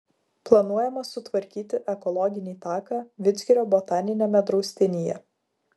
planuojama sutvarkyti ekologinį taką vidzgirio botaniniame draustinyje